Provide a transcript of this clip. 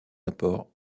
apports